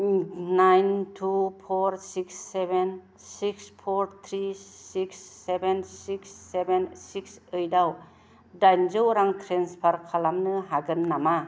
nine two four six seven six four three six seven six seven six ओइत याव डाइनजौ रां transfer खालामनो हागोन नामा